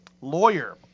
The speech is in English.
lawyer